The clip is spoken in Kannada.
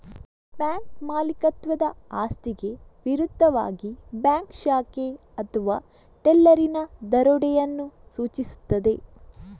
ಬ್ಯಾಂಕ್ ಮಾಲೀಕತ್ವದ ಆಸ್ತಿಗೆ ವಿರುದ್ಧವಾಗಿ ಬ್ಯಾಂಕ್ ಶಾಖೆ ಅಥವಾ ಟೆಲ್ಲರಿನ ದರೋಡೆಯನ್ನು ಸೂಚಿಸುತ್ತದೆ